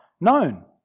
known